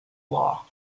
law